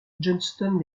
johnston